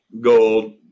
gold